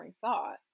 thought